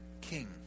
king